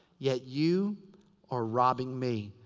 yet you are robbing me.